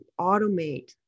automate